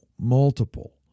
multiple